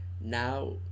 Now